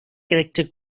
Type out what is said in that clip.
character